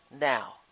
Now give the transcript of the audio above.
now